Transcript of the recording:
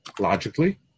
logically